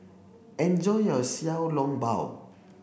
enjoy your Xiao Long Bao